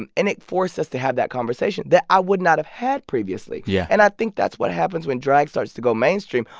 and and it forced us to have that conversation that i would not have had previously yeah and i think that's what happens when drag starts to go mainstream.